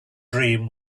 dream